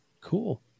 Cool